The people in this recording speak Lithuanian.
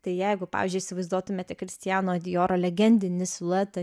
tai jeigu pavyzdžiui įsivaizduotumėte kristiano dioro legendinį siluetą